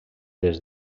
des